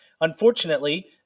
Unfortunately